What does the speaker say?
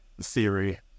theory